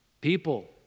people